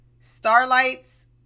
Starlight's